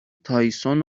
تایسون